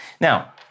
Now